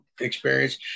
experience